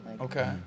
Okay